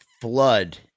flood